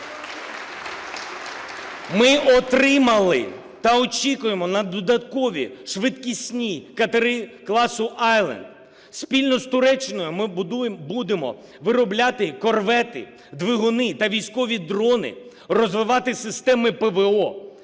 Ми отримали та очікуємо на додаткові швидкісні катери класу "Айленд". Спільно з Туреччиною ми будемо виробляти корвети, двигуни та військові дрони, розвивати системи ПВО.